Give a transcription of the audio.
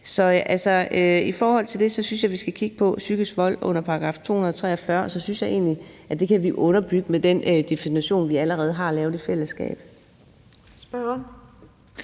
Så i forhold til det synes jeg, at vi skal kigge på psykisk vold i § 243, og så synes jeg egentlig, at vi kan underbygge det med den definition, vi allerede har lavet i fællesskab.